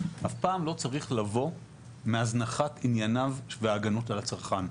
אף פעם לא צריך לבוא מהזנחת ענייניו וההגנות על הצרכן.